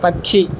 పక్షి